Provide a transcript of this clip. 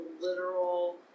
literal